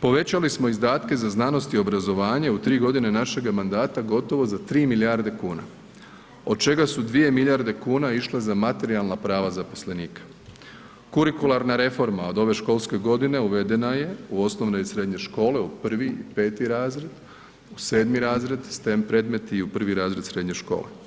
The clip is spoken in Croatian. povećali smo izdatke za znanost i obrazovanje u 3.g. našega mandata gotovo za 3 milijarde kuna, od čega su 2 milijarde kuna išle za materijalna prava zaposlenika, kurikularna reforma od ove školske godine uvedena je u osnovne i srednje škole, u 1. i 5.r., u 7.r., stem predmeti i u 1.r. srednje škole.